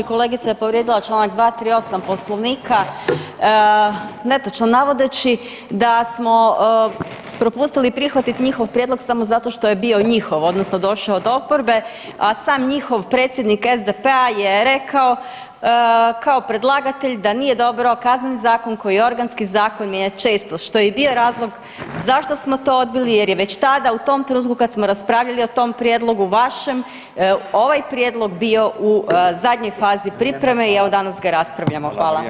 Kolegica je povrijedila čl. 238. poslovnika netočno navodeći da smo propustiti prihvatiti njihov prijedlog samo zato što je bio njihov odnosno došao od oporbe, a sam njihov predsjednik SDP-a je rekao kao predlagatelj da nije dobro Kazneni zakon koji je organski zakon je često što je i bio razlog zašto smo to odbili jer je već tada u tom trenutku kada smo raspravljali o tom prijedlogu vašem, ovaj prijedlog bio u zadnjoj fazi pripreme i evo danas ga raspravljamo.